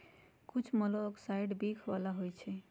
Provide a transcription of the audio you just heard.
कुछ मोलॉक्साइड्स विख बला होइ छइ